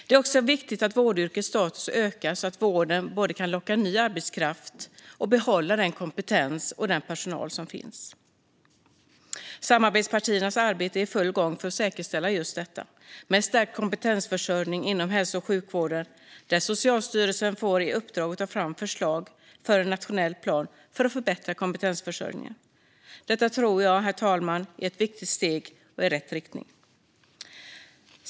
Det är också viktigt att vårdyrkets status ökar, så att vården både kan locka ny arbetskraft och kan behålla den kompetens och den personal som finns. Samarbetspartiernas arbete är i full gång för att säkerställa just detta med stärkt kompetensförsörjning inom hälso och sjukvården. Socialstyrelsen får i uppdrag att ta fram förslag till en nationell plan för att förbättra kompetensförsörjningen. Detta tror jag, herr talman, är ett viktigt steg i rätt riktning.